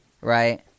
right